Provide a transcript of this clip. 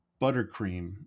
buttercream